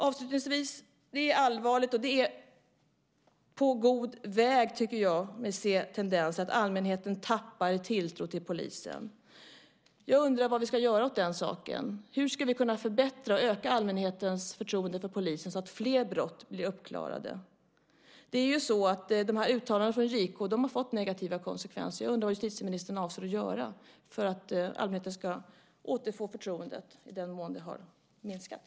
Avslutningsvis: Det är allvarligt, och jag tycker mig se tendensen att allmänheten är på god väg att tappa tilltron till polisen. Jag undrar vad vi ska göra åt den saken. Hur ska vi kunna förbättra och öka allmänhetens förtroende för polisen så att fler brott blir uppklarade? De här uttalandena från JK har fått negativa konsekvenser, och jag undrar vad justitieministern avser att göra för att allmänheten ska återfå förtroendet i den mån det har minskat.